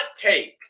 take